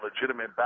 legitimate